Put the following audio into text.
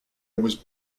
was